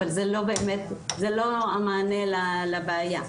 אבל זה לא באמת המענה לבעיה.